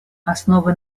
основой